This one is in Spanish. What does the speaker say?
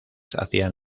hacían